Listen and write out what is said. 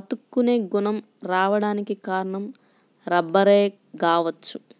అతుక్కునే గుణం రాడానికి కారణం రబ్బరే గావచ్చు